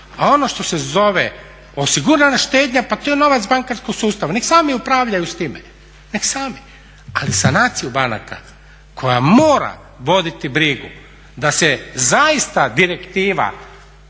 a ono što se zove osigurana štednja pa to je novac bankarskog sustava, nek sami upravljaju s time, nek sami. Ali sanaciju banaka koja mora voditi brigu da se zaista direktiva